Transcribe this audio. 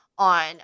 on